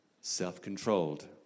self-controlled